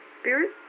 Spirit